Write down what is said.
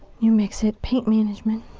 you mix it. paint management.